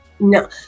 No